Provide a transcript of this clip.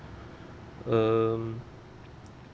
um